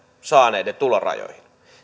saaneiden tulorajoihin